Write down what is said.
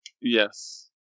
Yes